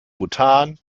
bhutan